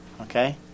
okay